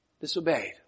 disobeyed